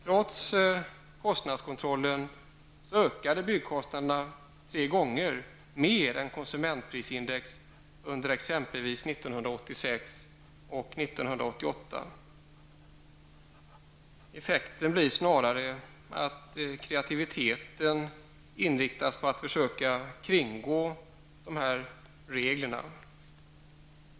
Trots kostnadskontrollen ökade byggkostnaderna tre gånger mer än konsumentprisindex under 1986 till Effekten blir snarare att kreativiteten inriktas på att försöka kringgå reglerna.